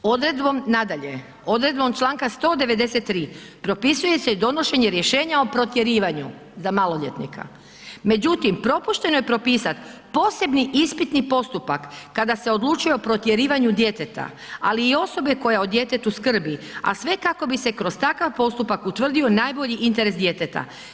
Odredbom nadalje, odredbom čl. 193 propisuje se donošenje rješenja o protjerivanju za maloljetnika, međutim, propušteno je propisati posebni ispitni postupak kada se odlučuje o protjerivanju djeteta, ali i osobe koja o djetetu skrbi, a sve kako bi se kroz takav postupak utvrdio najbolji interes djeteta.